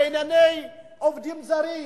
משאל עם בענייני עובדים זרים,